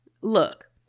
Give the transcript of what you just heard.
Look